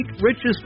richest